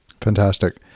Fantastic